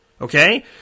Okay